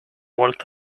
walked